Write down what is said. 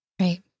Right